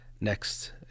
next